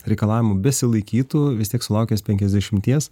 reikalavimų besilaikytų vis tiek sulaukęs penkiasdešimties